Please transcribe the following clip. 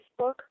Facebook